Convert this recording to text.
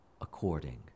according